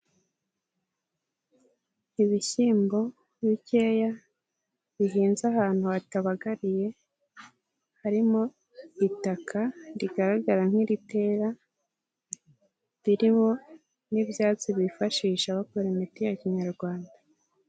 Ibishyimbo bikeya bihinze ahantu hatabagariye, harimo itaka rigaragara nk'iritera ririho n'ibyatsi bifashisha bakora imiti ya kinyarwanda.